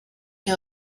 que